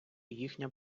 їхня